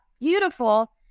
beautiful